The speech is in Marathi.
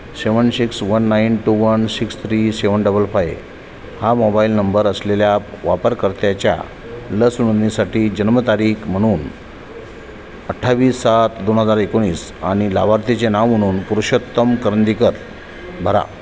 seven six one nine two one six three seven double five हा मोबाईल नंबर असलेल्या वापरकर्त्याच्या लस नोंदणीसाठी जन्मतारीख म्हणून अठ्ठावीस सात दोन हजार एकोणीस आणि लाभार्थीचे नाव म्हणून पुरुषोत्तम करंदीकर भरा